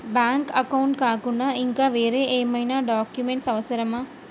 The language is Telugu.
బ్యాంక్ అకౌంట్ కాకుండా ఇంకా వేరే ఏమైనా డాక్యుమెంట్స్ అవసరమా?